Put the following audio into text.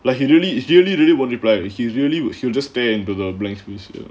like usually it's really really won't reply and he really will you will just stay into the blank space you